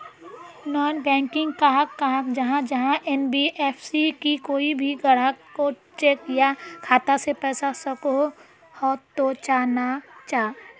Non banking कहाक कहाल जाहा जाहा एन.बी.एफ.सी की कोई भी ग्राहक कोत चेक या खाता से पैसा सकोहो, हाँ तो चाँ ना चाँ?